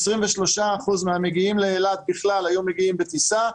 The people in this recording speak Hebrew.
23%-22% מהמגיעים לאילת בכלל היו מגיעים בטיסה,